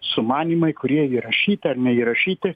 sumanymai kurie įrašyti ar neįrašyti